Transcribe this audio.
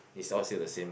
it's all still the same